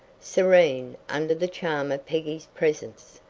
serene under the charm of peggy's presence,